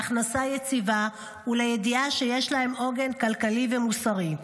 להכנסה יציבה ולידיעה שיש להן עוגן כלכלי ומוסרי.